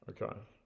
Okay